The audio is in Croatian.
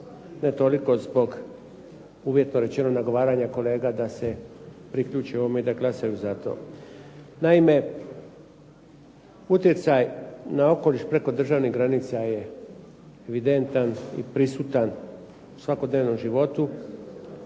ne toliko zbog uvjetno rečeno nagovaranja kolega da se priključe ovome i da glasaju za to. Naime, utjecaj na okoliš preko državnih granica je evidentan i prisutan u svakodnevnom životu,